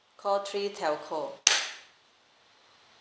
call three telco